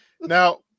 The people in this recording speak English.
Now